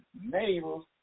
neighbors